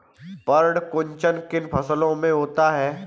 पर्ण कुंचन किन फसलों में होता है?